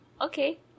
Okay